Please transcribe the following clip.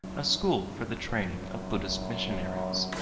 a school for the training of buddhist missionaries.